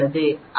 ஆகவே 22